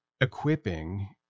equipping